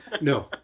No